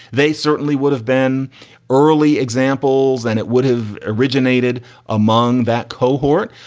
they certainly would have been early examples and it would have originated among that cohort.